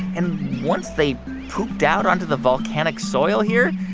and once they pooped out onto the volcanic soil here,